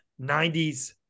90s